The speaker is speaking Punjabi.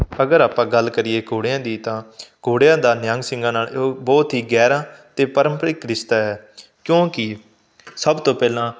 ਅਗਰ ਆਪਾਂ ਗੱਲ ਕਰੀਏ ਘੋੜਿਆਂ ਦੀ ਤਾਂ ਘੋੜਿਆਂ ਦਾ ਨਿਹੰਗ ਸਿੰਘਾਂ ਨਾਲ ਉਹ ਬਹੁਤ ਹੀ ਗਹਿਰਾ ਅਤੇ ਪਾਰੰਪਰਿਕ ਰਿਸ਼ਤਾ ਹੈ ਕਿਉਂਕਿ ਸਭ ਤੋਂ ਪਹਿਲਾਂ